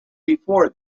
before